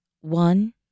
One